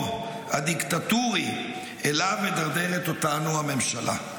הדיקטטורי שאליו מדרדרת אותנו הממשלה.